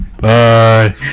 Bye